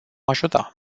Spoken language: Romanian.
ajuta